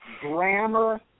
grammar